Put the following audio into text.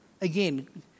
again